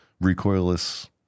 recoilless